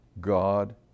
God